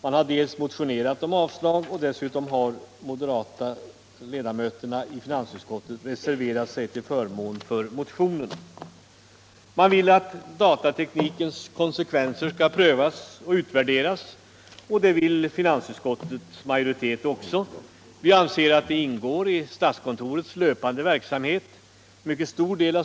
Dels har man motionerat om avslag, dels har de moderata ledamöterna i finansutskottet reserverat sig till förmån för motionen, då man vill att datateknikens konsekvenser först skall prövas och utvärderas. Det vill finansutskottets majoritet också. Vi anser dock att det till stor del ingår i statskontorets löpande verksamhet.